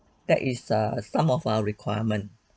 that is uh some of our requirement